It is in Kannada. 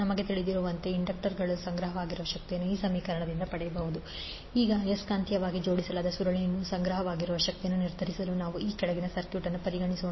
ನಮಗೆ ತಿಳಿದಿರುವಂತೆ ಇಂಡಕ್ಟರ್ನಲ್ಲಿ ಸಂಗ್ರಹವಾಗಿರುವ ಶಕ್ತಿಯನ್ನು w12Li2 ಈಗ ಆಯಸ್ಕಾಂತೀಯವಾಗಿ ಜೋಡಿಸಲಾದ ಸುರುಳಿಯಲ್ಲಿ ಸಂಗ್ರಹವಾಗಿರುವ ಶಕ್ತಿಯನ್ನು ನಿರ್ಧರಿಸಲು ನಾವು ಈ ಕೆಳಗಿನ ಸರ್ಕ್ಯೂಟ್ ಅನ್ನು ಪರಿಗಣಿಸೋಣ